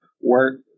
Work